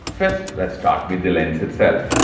first let's start with the lens itself,